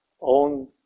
own